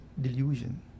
delusion